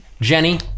Jenny